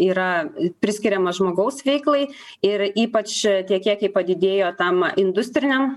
yra priskiriama žmogaus veiklai ir ypač tie kiekiai padidėjo tam industriniam